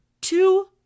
Two